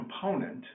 component